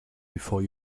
before